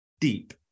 deep